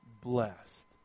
blessed